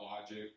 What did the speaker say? Logic